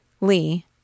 Lee